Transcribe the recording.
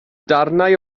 darnau